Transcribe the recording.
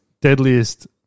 deadliest